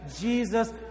Jesus